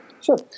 Sure